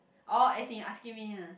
orh as in you asking me ah